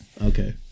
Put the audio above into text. Okay